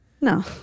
No